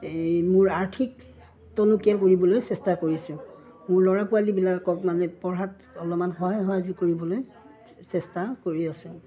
এই মোৰ আৰ্থিক টনকিয়াল কৰিবলৈ চেষ্টা কৰিছোঁ মোৰ ল'ৰা ছোৱালীবিলাকক মানে পঢ়াত অলপমান সহায় সহযোগ কৰিবলৈ চেষ্টা কৰি আছোঁ